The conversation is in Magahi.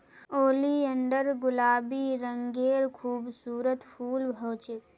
ओलियंडर गुलाबी रंगेर खूबसूरत फूल ह छेक